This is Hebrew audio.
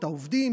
העובדים,